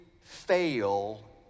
fail